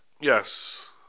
Yes